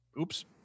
Oops